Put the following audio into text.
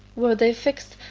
where they fixed,